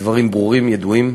הדברים ברורים, ידועים.